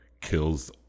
kills